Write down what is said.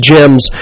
Gems